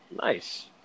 nice